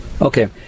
okay